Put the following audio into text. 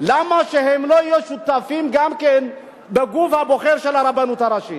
למה שהם לא יהיו שותפים גם כן בגוף הבוחר של הרבנות הראשית?